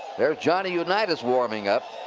there's johnny unitas warming up.